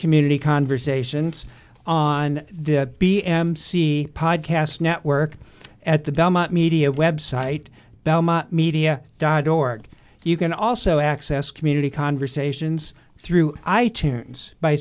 community conversations on the b m c podcast network at the belmont media website belmont media dot org you can also access community conversations through i